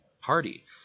party